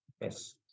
yes